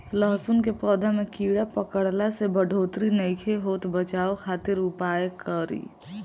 लहसुन के पौधा में कीड़ा पकड़ला से बढ़ोतरी नईखे होत बचाव खातिर का उपाय करी?